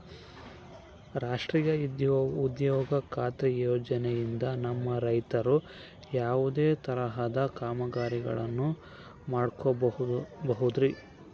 ರಾಷ್ಟ್ರೇಯ ಉದ್ಯೋಗ ಖಾತ್ರಿ ಯೋಜನೆಯಿಂದ ನಮ್ಮ ರೈತರು ಯಾವುದೇ ತರಹದ ಕಾಮಗಾರಿಯನ್ನು ಮಾಡ್ಕೋಬಹುದ್ರಿ?